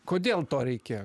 kodėl to reikėo